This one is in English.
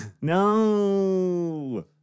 No